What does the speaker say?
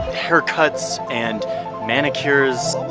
haircuts and manicures.